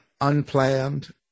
unplanned